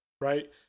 Right